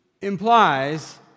implies